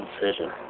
decision